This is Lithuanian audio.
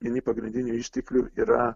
vieni pagrindinių išteklių yra